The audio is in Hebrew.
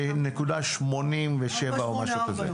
זה 4.87 או משהו כזה.